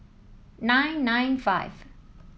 nine nine five